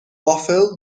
وافل